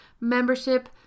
membership